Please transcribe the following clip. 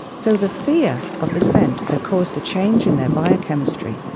so the fear of the scent had caused a change in their biochemistry.